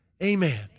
Amen